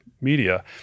media